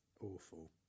awful